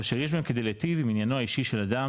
אבל שיש בהן כדי להיטיב עם עניינו האישי של אדם,